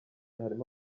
harimo